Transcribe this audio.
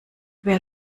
wer